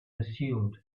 assumed